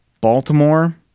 Baltimore